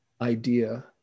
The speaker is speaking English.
idea